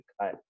cut